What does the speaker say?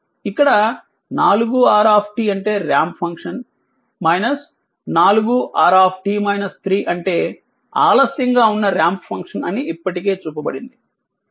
ఇక్కడ 4 r అంటే ramp function 4 r అంటే ఆలస్యంగా ఉన్న ర్యాంప్ ఫంక్షన్ అని ఇప్పటికే చూపబడింది 12 u